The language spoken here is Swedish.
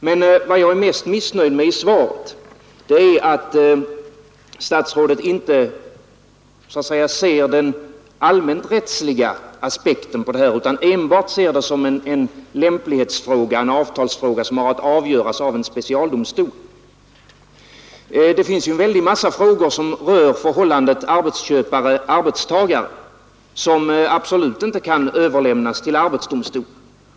Men vad jag är mest missnöjd med i inrikesministerns svar är att statsrådet inte anlägger den allmänrättsliga aspekten på detta utan ser det enbart som en lämplighetsfråga, en avtalsangelägenhet som skall avgöras av en specialdomstol. Det finns ju en stor mängd frågor som berör förhållandet arbetsköpare—arbetstagare men som absolut inte kan överlämnas till arbetsdomstol.